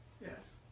Yes